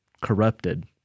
corrupted